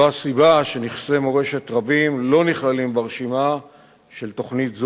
זאת הסיבה שנכסי מורשת רבים לא נכללים ברשימה של תוכנית זאת,